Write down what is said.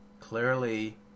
clearly